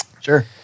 Sure